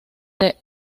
the